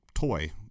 toy